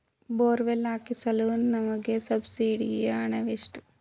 Borewell ಹಾಕಿಸಲು ನಮಗೆ ಸಬ್ಸಿಡಿಯ ಹಣವೆಷ್ಟು?